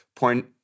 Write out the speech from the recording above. Point